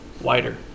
wider